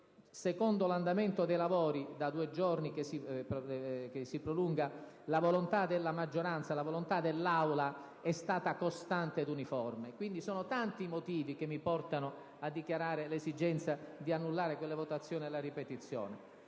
secondo l'andamento dei lavori che da due giorni si prolungano, la volontà della maggioranza e la volontà dell'Aula è stata costante ed uniforme. Quindi, sono tanti i motivi che mi portano a dichiarare l'esigenza di annullare quelle votazioni e di ripeterle.